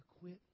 quit